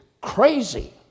crazy